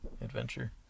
adventure